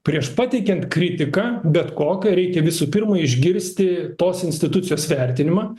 prieš pateikiant kritiką bet kokią reikia visų pirma išgirsti tos institucijos vertinimą